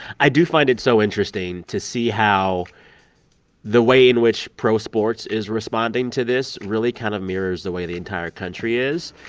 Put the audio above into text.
i do find it so interesting to see how the way in which pro sports is responding to this really kind of mirrors the way the entire country is.